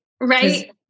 Right